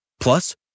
Plus